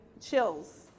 chills